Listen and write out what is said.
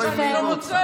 לא העליבה אותך.